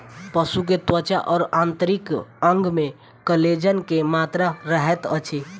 पशु के त्वचा और आंतरिक अंग में कोलेजन के मात्रा रहैत अछि